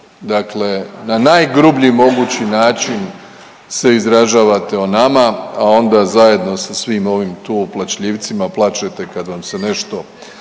dakle na najgrublji mogući način se izražavate o nama, a onda zajedno sa svim ovim tu plačljivcima plačete kad vam se nešto